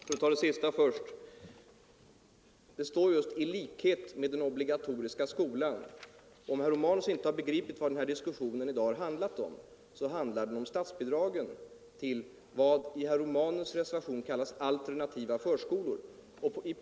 Fru talman! För att ta det sista först — det står i utredningen: ”På liknande sätt som i fråga om den obligatoriska skolan —---.” Om herr Romanus inte har begripit vad den här diskussionen har handlat om, så vill jag säga att den handlar om statsbidragen till vad som i herr Romanus?” reservation kallas alternativa förskolor.